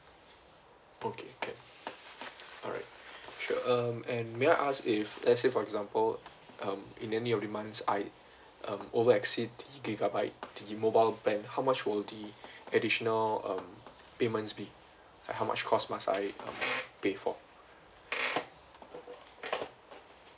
okay can alright sure um and may I ask if let's say for example um in any of the months I um over exceed the gigabyte the mobile plan how much will the additional um payments be like how much cost must I um pay for